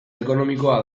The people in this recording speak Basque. ekonomikoa